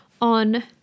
on